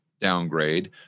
downgrade